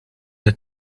het